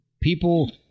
people